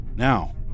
Now